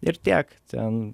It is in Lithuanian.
ir tiek ten